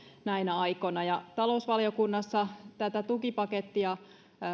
näinä aikoina talousvaliokunnassa tätä tukipakettia